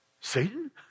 Satan